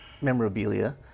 memorabilia